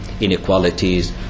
inequalities